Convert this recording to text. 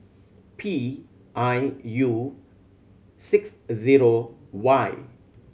P I U six zero Y